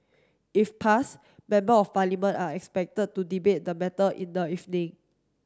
if pass Member of Parliament are expected to debate the matter in the evening